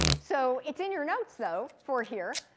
so it's in your notes though, for here.